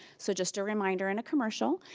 so just a reminder and a commercial,